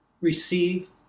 Receive